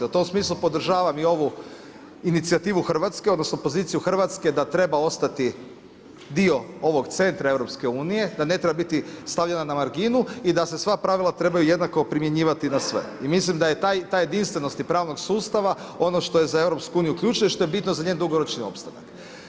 U tom smislu podržavam i ovu inicijativu Hrvatske, odnosno poziciju Hrvatske da treba ostati dio ovog centra EU, da ne treba biti stavljena na marginu i da se sva pravila trebaju jednako primjenjivati na sve i mislim da je ta jedinstvenost i pravnog sustava ono što je za EU ključno i što je bitno za njen dugoročni opstanak.